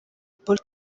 paul